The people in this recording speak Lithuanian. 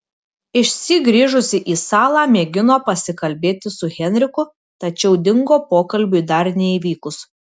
išsyk grįžusi į salą mėgino pasikalbėti su henriku tačiau dingo pokalbiui dar neįvykus